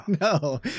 No